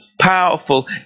powerful